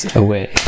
away